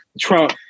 Trump